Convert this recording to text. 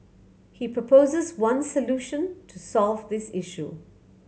he proposes one solution to solve this issue